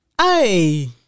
hey